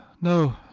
No